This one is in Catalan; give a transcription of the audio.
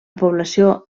població